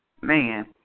man